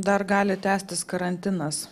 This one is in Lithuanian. dar gali tęstis karantinas